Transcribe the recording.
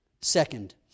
Second